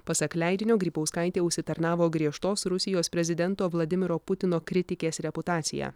pasak leidinio grybauskaitė užsitarnavo griežtos rusijos prezidento vladimiro putino kritikės reputaciją